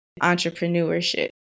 entrepreneurship